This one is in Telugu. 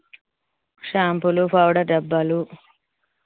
షాంపులు పౌడర్ డబ్బాలు